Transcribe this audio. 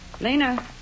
Lena